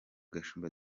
gashumba